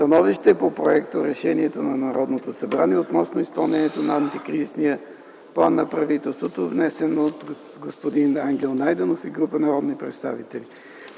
„СТАНОВИЩЕ по проекторешение на Народното събрание относно изпълнението на Антикризисния план на правителството, внесено от господин Ангел Найденов и група народни представители.